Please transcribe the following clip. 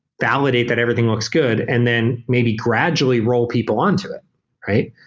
validate that everything looks good and then maybe gradually roll people on to it.